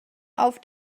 auf